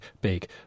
big